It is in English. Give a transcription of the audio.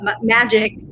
magic